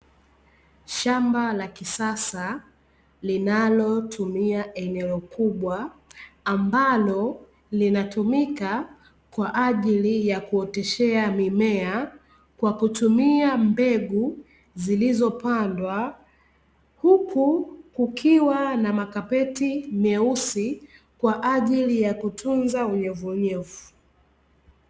Shamba la kisasa, ambalo linatumia eneo kubwa ambalo linatumika kwaajili ya kuoteshea mimea kwa kutumia mbegu zilizo pandwa, huku kukiwa na makapeti meusi kwaajili ya kutunza unyevunyevu